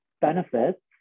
benefits